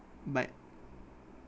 but